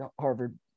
Harvard